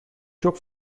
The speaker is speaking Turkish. çok